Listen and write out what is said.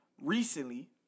Recently